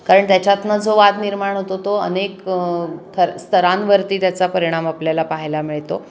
कारण त्याच्यातनं जो वाद निर्माण होतो तो अनेक थर स्तरांवरती त्याचा परिणाम आपल्याला पाहायला मिळतो